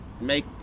Make